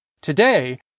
Today